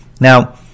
Now